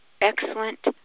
excellent